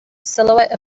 silhouette